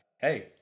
Hey